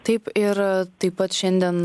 taip ir taip pat šiandieną